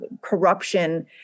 corruption